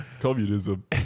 Communism